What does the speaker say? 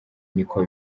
niko